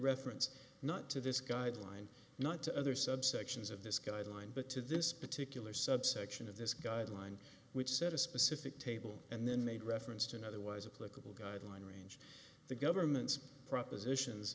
reference not to this guideline not to other subsections of this guideline but to this particular subsection of this guideline which set a specific table and then made reference to another was a political guideline range the government's propositions